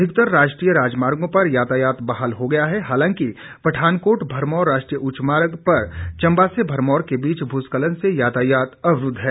अधिकतर राष्ट्रीय राजमार्गों पर यातायात बहाल हो गया है हालांकि पठानकोट भरमौर राष्ट्रीय उच्च मार्ग पर चंबा से भरमौर के बीच भूस्खलन से यातायात अवरुद्ध है